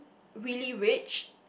really rich